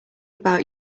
about